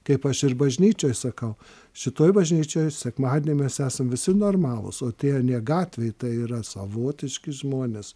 kaip aš ir bažnyčioj sakau šitoj bažnyčioj sekmadienį mes esam visi normalūs o tie anie gatvėj tai yra savotiški žmonės